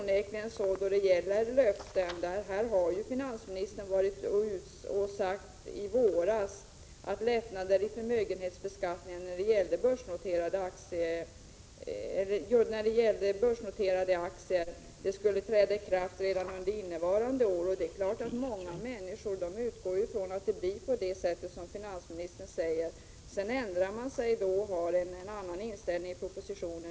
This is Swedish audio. När det gäller löften har ju finansministern i våras onekligen sagt att lättnader i förmögenhetsskatten beträffande börsnoterade aktier skulle träda i kraft redan under innevarande år. Det är klart att många människor utgår från att det blir på det sätt som finansministern säger. I propositionen ändrar man sig sedan och har en annan inställning.